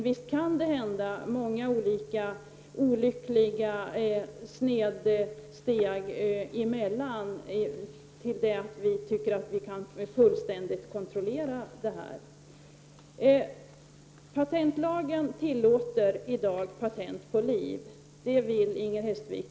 Visst kan det inträffa många olyckliga snedsteg innan vi fullständigt kan kontrollera detta. Patentlagen tillåter i dag patent på liv. Det konstaterar Inger Hestvik.